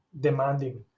demanding